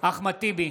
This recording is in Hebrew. אחמד טיבי,